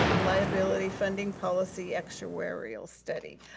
liability funding policy actuarial study.